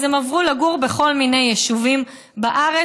הם עברו לגור בכל מיני יישובים בארץ,